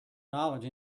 knowledge